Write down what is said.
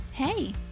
Hey